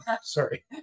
Sorry